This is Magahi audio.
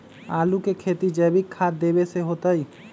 आलु के खेती जैविक खाध देवे से होतई?